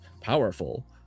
powerful